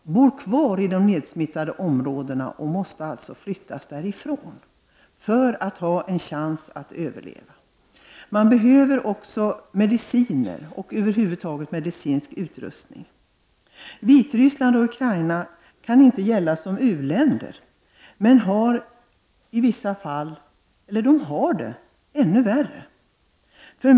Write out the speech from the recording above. De bor kvar i de nedsmittade områdena och måste alltså flyttas därifrån för att ha en chans att överleva. Man behöver också mediciner och över huvud taget medicinsk utrusning. Vitryssland och Ukraina kan inte gälla som u-länder. Ändå lever många människor där under värre förhållanden än i många u-länder.